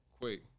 Quick